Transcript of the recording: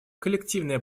коллективная